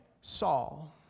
Saul